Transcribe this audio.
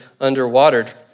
underwatered